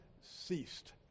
ceased